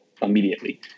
Immediately